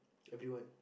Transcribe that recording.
everyone